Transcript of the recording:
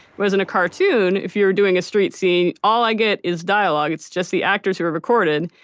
whereas in a cartoon if you're doing a street scene, all i get is dialogue. it's just the actors who are recorded,